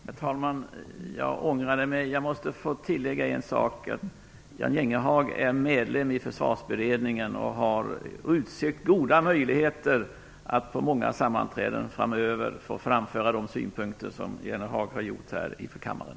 Herr talman! Jag ångrade mig. Jag måste få tillägga en sak. Jan Jennehag är medlem i Försvarsberedningen och har utsökt goda möjligheter att på många sammanträden framöver få framföra de synpunkter som han framfört här inför kammaren.